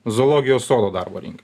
zoologijos sodo darbo rinką